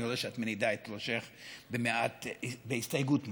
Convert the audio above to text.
אני רואה שאת מנידה את ראשך בהסתייגות משהו,